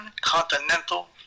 Continental